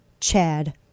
Chad